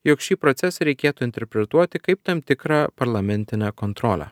jog šį procesą reikėtų interpretuoti kaip tam tikrą parlamentinę kontrolę